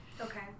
Okay